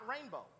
rainbow